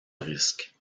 risque